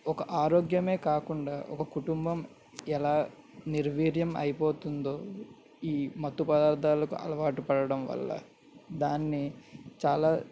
ఒక ఆరోగ్యమే కాకుండా ఒక కుటుంబం ఎలా నిర్వీర్యం అయిపోతుందో ఈ మత్తు పదార్థాలకు అలవాటు పడడం వల్ల దాన్ని చాలా